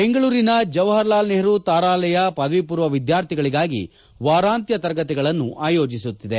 ಬೆಂಗಳೂರಿನ ಜವಹರಲಾಲ್ ನೆಹರೂ ತಾರಾಲಯ ಪದವಿ ಪೂರ್ವ ವಿದ್ಯಾರ್ಥಿಗಳಿಗಾಗಿ ವಾರಾಂತ್ಯ ತರಗತಿಗಳನ್ನು ಆಯೋಜಿಸುತ್ತಿದೆ